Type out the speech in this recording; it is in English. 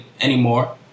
anymore